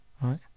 right